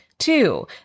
Two